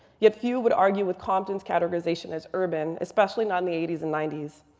yet few would argue with compton's categorization as urban, especially not in the eighty s and ninety s.